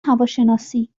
هواشناسی